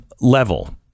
level